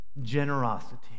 generosity